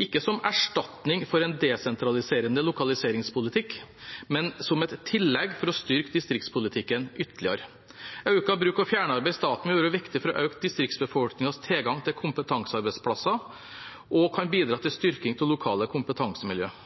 ikke som erstatning for en desentraliserende lokaliseringspolitikk, men som et tillegg for å styrke distriktspolitikken ytterligere. Økt bruk av fjernarbeid i staten vil være viktig for å øke distriktsbefolkningens tilgang til kompetansearbeidsplasser, og det kan bidra til å styrke lokale kompetansemiljøer.